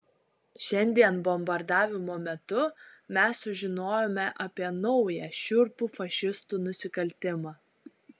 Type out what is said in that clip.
šiandien bombardavimo metu mes sužinojome apie naują šiurpų fašistų nusikaltimą